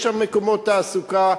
יש שם מקומות תעסוקה.